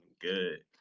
good